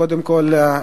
קודם כול,